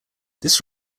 this